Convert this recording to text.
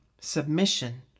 submission